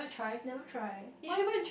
never try why